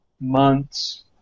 months